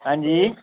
हांजी